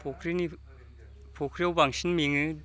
फख्रिनि फख्रियाव बांसिन मेङो